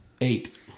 Eight